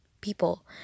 people